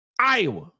Iowa